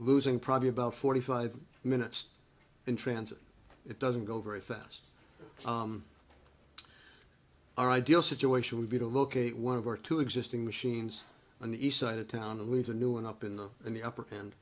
losing probably about forty five minutes in transit it doesn't go very fast our ideal situation would be to locate one of our two existing machines on the east side of town and leave the new and up in the in the upper